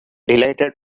delighted